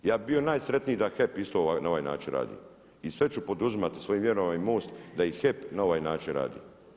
Ja bih bio najsretniji da HEP isto na ovaj način radi i sve ću poduzimati svojim mjerama i MOST da i HEP na ovaj način radi.